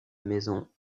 maison